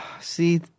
See